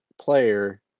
player